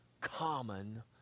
common